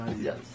Yes